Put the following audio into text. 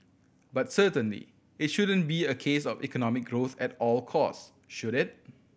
but certainly it shouldn't be a case of economic growth at all costs should it